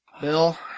Bill